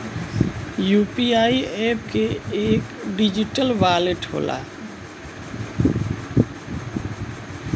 UPI app एक digital wallet होला